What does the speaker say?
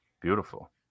beautiful